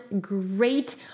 great